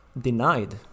denied